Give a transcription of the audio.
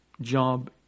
job